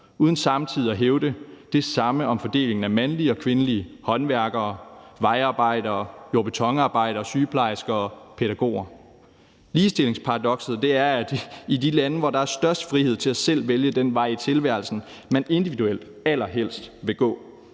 uden samtidig at hævde det samme om fordelingen af mandlige og kvindelige håndværkere, vejarbejdere, jord- og betonarbejdere, sygeplejersker og pædagoger. Ligestillingsparadokset er, at i de lande, hvor der er størst frihed til selv at vælge den vej i tilværelsen, man individuelt allerhelst vil gå,